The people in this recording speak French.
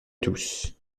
tous